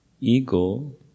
ego